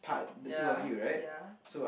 ya ya